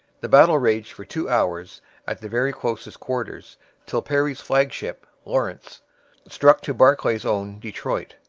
the battle raged for two hours at the very closest quarters till perry's flagship lawrence struck to barclay's own detroit.